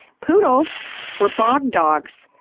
poodles were bog dogs.